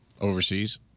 Overseas